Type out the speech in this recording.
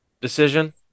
decision